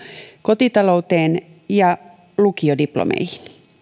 kotitalouteen ja lukiodiplomeihin